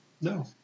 No